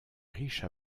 riche